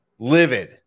Livid